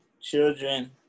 children